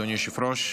אדוני היושב-ראש,